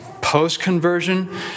Post-conversion